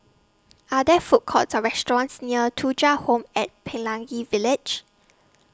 Are There Food Courts Or restaurants near Thuja Home At Pelangi Village